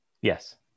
yes